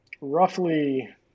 roughly